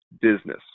business